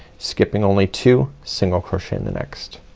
skipping only two single crochet in the next.